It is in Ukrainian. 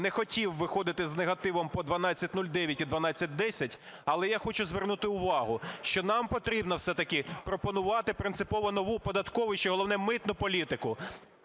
не хотів виходити з негативом по 1209 і 1210. Але я хочу звернути увагу, що нам потрібно все-таки пропонувати принципово нову податкову, що головне, митну політику.